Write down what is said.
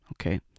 Okay